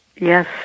yes